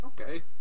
Okay